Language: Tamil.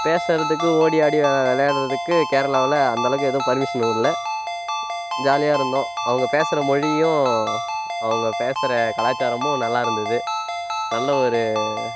பேசறதுக்கு ஓடியாடி விளையாடுறதுக்கு கேரளாவில் அந்த அளவுக்கு எதுவும் பர்மிஷன் விடல ஜாலியாக இருந்தோம் அவங்க பேசற மொழியும் அவங்க பேசற கலாச்சாரமும் நல்லா இருந்தது நல்ல ஒரு